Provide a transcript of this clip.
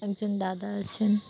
একজন দাদা আছেন